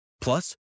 Plus